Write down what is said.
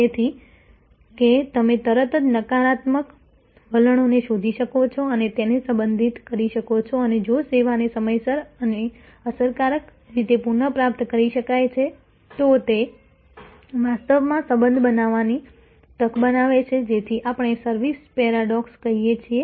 તેથી કે તમે તરત જ નકારાત્મક વલણોને શોધી શકો છો અને તેને સંબોધિત કરી શકો છો અને જો સેવાને સમયસર અને અસરકારક રીતે પુનઃપ્રાપ્ત કરી શકાય છે તો તે વાસ્તવમાં સંબંધ બનાવવાની તક બનાવે છે જેને આપણે સર્વિસ પેરાડોક્સ કહીએ છીએ